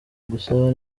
igusaba